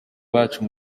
bacu